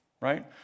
right